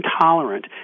intolerant